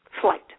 flight